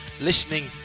listening